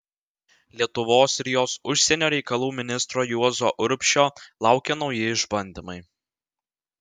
lietuvos ir jos užsienio reikalų ministro juozo urbšio laukė nauji išbandymai